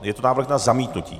Je to návrh na zamítnutí?